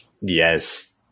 Yes